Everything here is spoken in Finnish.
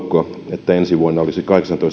että ensi vuonna olisi kahdeksastatoistatuhannesta